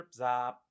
Zop